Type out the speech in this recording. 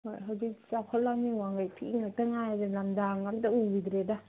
ꯍꯣꯏ ꯍꯧꯖꯤꯛ ꯆꯥꯎꯈꯠꯂꯃꯤꯅ ꯋꯥꯡꯒꯩ ꯐꯤ ꯉꯥꯛꯇ ꯉꯥꯏꯔꯦ ꯂꯝꯗꯥꯡꯒ ꯑꯃꯇ ꯎꯒꯤꯗ꯭ꯔꯦꯗ